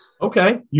Okay